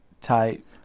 type